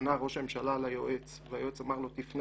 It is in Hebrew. פנה ראש הממשלה ליועץ והיועץ אמר לו: תפנה